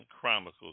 Chronicles